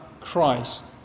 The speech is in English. Christ